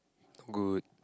good